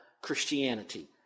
Christianity